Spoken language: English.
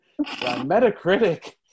Metacritic